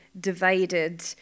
divided